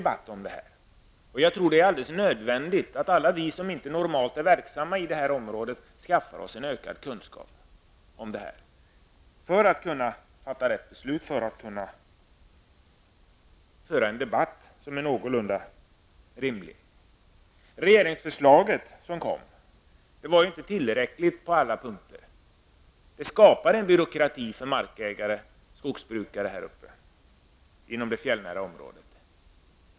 Jag tror att det är alldeles nödvändigt att alla vi som normalt inte är verksamma inom skogsbruket ökar våra kunskaper om detta för att kunna fatta viktiga beslut och för att kunna föra en debatt som är någorlunda rimlig. Det regeringsförslag som har lagts fram är inte tillräckligt på alla punkter. Förslaget skapar en byråkrati för markägare och skogsbrukare inom det fjällnära området.